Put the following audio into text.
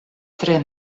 tre